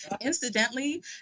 Incidentally